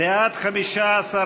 להביע אי-אמון בממשלה לא נתקבלה.